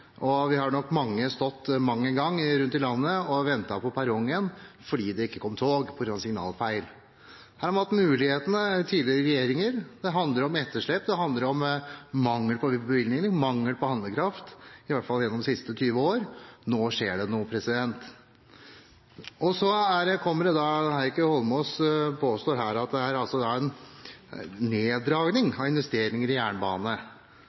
og vi er nok mange som rundt omkring i landet har stått mang en gang og ventet på perrongen fordi det ikke kom tog på grunn av signalfeil. Tidligere regjeringer har hatt muligheter, og dette handler om etterslep og mangel på bevilgninger og mangel på handlekraft, i hvert fall gjennom de siste 20 årene. Nå skjer det noe. Heikki Eidsvoll Holmås påstår at det er en neddragning av investeringer i jernbane. Da